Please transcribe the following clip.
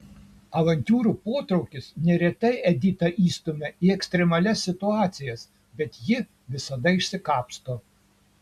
avantiūrų potraukis neretai editą įstumia į ekstremalias situacijas bet ji visada išsikapsto